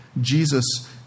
Jesus